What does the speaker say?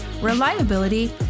reliability